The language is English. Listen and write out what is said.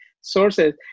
sources